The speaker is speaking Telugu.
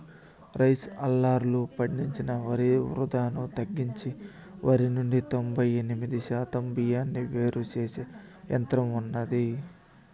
రైస్ హల్లర్లు పండించిన వరి వృధాను తగ్గించి వరి నుండి తొంబై ఎనిమిది శాతం బియ్యాన్ని వేరు చేసే యంత్రం ఉన్నాది